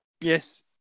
Yes